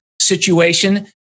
situation